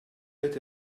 été